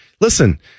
listen